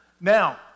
Now